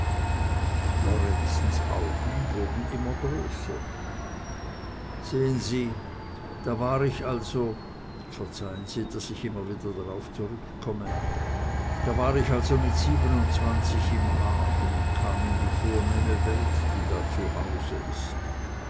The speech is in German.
lorenzens augen wurden immer größer sehen sie da war ich also verzeihen sie daß ich immer wieder darauf zurückkomme da war ich also mit siebenundzwanzig im haag und kam in die vornehme welt die da zu hause ist